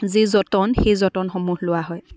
যি যতন সেই যতনসমূহ লোৱা হয়